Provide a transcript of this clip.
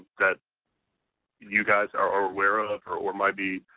that you guys are aware of, or or might be